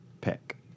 pick